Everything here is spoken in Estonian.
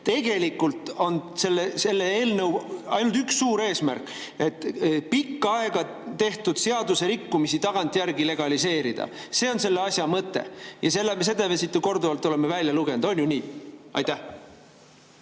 Tegelikult on sellel eelnõul ainult üks suur eesmärk: see, et pikka aega tehtud seadusrikkumisi tagantjärele legaliseerida. See on selle asja mõte. Ja seda me oleme siit korduvalt välja lugenud. On ju nii? Aitäh,